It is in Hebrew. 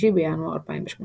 6 בינואר 2018